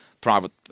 private